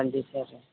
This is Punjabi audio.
ਹਾਂਜੀ ਸਰ